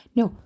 no